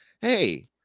Hey